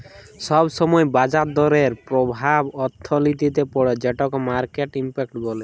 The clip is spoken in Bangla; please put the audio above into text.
ছব ছময় বাজার দরের পরভাব অথ্থলিতিতে পড়ে যেটকে মার্কেট ইম্প্যাক্ট ব্যলে